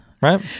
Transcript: Right